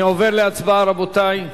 אני עובר להצבעה, רבותי.